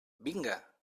vinga